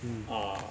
mm oh